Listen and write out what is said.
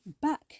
back